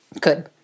Good